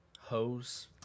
hose